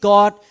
God